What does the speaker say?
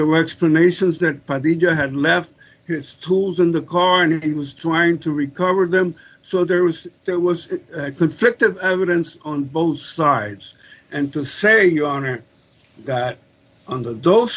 direct to nations that had left his tools in the car and he was trying to recover them so there was there was conflict of evidence on both sides and to say your honor that under those